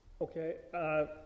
Okay